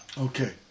Okay